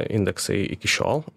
indeksai iki šiol